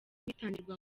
bitangirwa